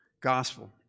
gospel